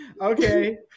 Okay